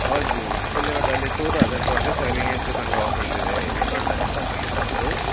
हजुर त्यसले गर्दा अहिले चौध हजार पर्दैछ अहिले यहाँ दोकानको अफरले गर्दा चाहिँ तपाईँलाई अलिक सस्तो